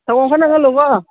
ꯁꯪꯒꯣꯝ ꯈꯔ ꯅꯪꯍꯜꯂꯨꯀꯣ